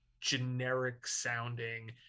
generic-sounding